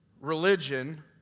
religion